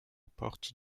porte